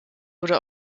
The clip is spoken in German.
wurde